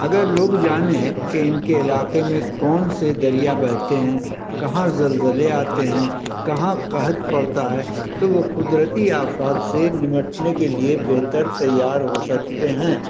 اگر لوگ جانیں کہ ان کے علاقے میں کون سے دریا بہتے ہیں کہاں زلزلے آتے ہیں کہاں قحط پڑتا ہے تو وہ قدرتی آفات سے نمٹنے کے لیے بہتر تیار ہو سکتے ہیں